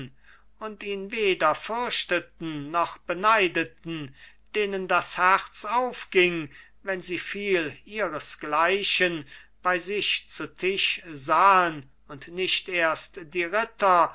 und ihn weder fürchteten noch beneideten denen das herz aufging wenn sie viel ihresgleichen bei sich zu tisch sahen und nicht erst die ritter